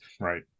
right